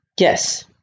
Yes